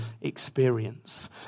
experience